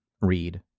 read